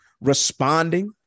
responding